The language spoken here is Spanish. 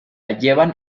llevan